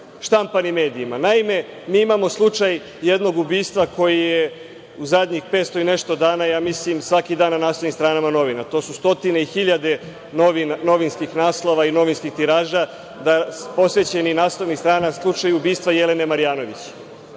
štampanim medijima. Naime, mi imamo slučaj jednog ubistva koje je u zadnjih 500 i nešto dana svaki dan na naslovnim stranama u novinama, to su stotine i hiljade novinskih naslova i novinskih tiraža posvećenih naslovnih strana o slučaju ubistva Jelene Marjanović.